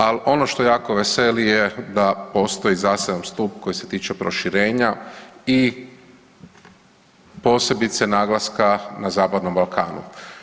Ali ono što jako veseli je da postoji zaseban stup koji se tiče proširenja i posebice naglaska na zapadnom Balkanu.